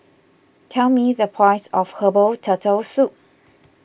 tell me the price of Herbal Turtle Soup